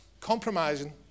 compromising